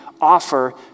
offer